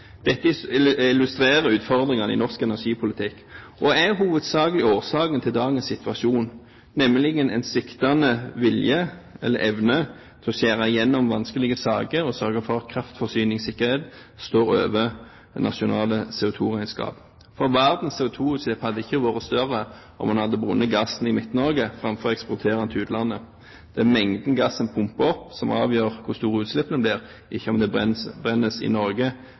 Dette illustrerer utfordringene i norsk energipolitikk og er hovedsakelig årsaken til dagens situasjon, nemlig en sviktende vilje eller evne til å skjære igjennom i vanskelige saker og sørge for at kraftforsyningssikkerhet står over nasjonale CO2-regnskap. Verdens CO2-utslipp hadde ikke vært større om en hadde brent gassen i Midt-Norge framfor å eksportere den til utlandet. Det er mengden gass en pumper opp, som avgjør hvor store utslippene blir, ikke om det brennes i Norge,